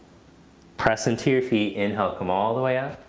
press into your feet. inhale come all the way up.